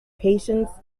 patients